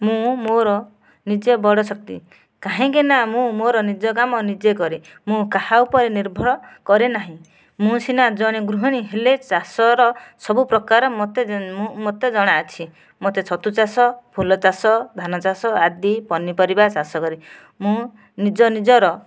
ମୁଁ ମୋର ନିଜେ ବଡ଼ ଶକ୍ତି କାହିଁକିନା ମୁଁ ମୋର ନିଜ କାମ ନିଜେ କରେ ମୁଁ କାହା ଉପରେ ନିର୍ଭର କରେ ନାହିଁ ମୁଁ ସିନା ଜଣେ ଗୃହିଣୀ ହେଲେ ଚାଷର ସବୁ ପ୍ରକାର ମୋତେ ଜଣା ଅଛି ମୋତେ ଛତୁ ଚାଷ ଫୁଲ ଚାଷ ଧାନ ଚାଷ ଆଦି ପନିପରିବା ଚାଷ କରେ ମୁଁ ନିଜେ ନିଜର